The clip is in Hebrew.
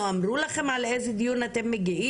לא אמרו לכם לאיזה דיון אתם מגיעים?